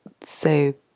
say